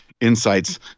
insights